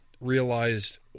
realized